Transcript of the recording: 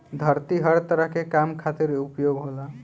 धरती हर तरह के काम खातिर उपयोग होला